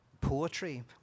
Poetry